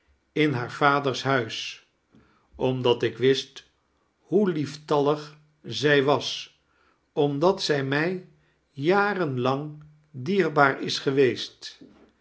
in haar vaders huis omdat ik wist hoe lieftallig zij was omdat zij mij jaren lang dierbaar is geweest